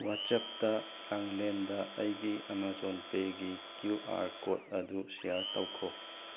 ꯋꯥꯆꯦꯞꯇ ꯂꯥꯡꯂꯦꯟꯗ ꯑꯩꯒꯤ ꯑꯦꯃꯥꯖꯣꯟ ꯄꯦꯒꯤ ꯀ꯭ꯌꯨ ꯑꯥꯔ ꯀꯣꯗ ꯑꯗꯨ ꯁꯦꯌꯔ ꯇꯧꯈꯣ